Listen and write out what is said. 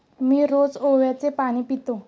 मी रोज ओव्याचे पाणी पितो